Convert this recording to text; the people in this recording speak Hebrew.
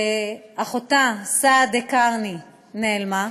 שאחותה סעדה קרני נעלמה,